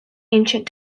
ancient